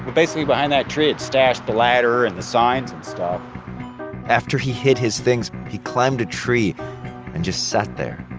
basically, behind that tree, had stashed the ladder and the sign, and stuff after he hid his things, he climbed a tree and just sat there,